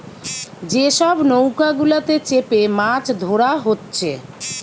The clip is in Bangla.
যে সব নৌকা গুলাতে চেপে মাছ ধোরা হচ্ছে